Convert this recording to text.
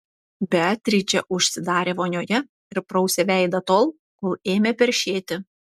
beatričė užsidarė vonioje ir prausė veidą tol kol ėmė peršėti